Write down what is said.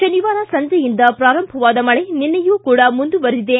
ಶನಿವಾರ ಸಂಜೆಯಿಂದ ಪ್ರಾರಂಭವಾದ ಮಳೆ ನಿನ್ನೆಯೂ ಕೂಡ ಮುಂದುವರಿದಿದೆ